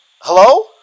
Hello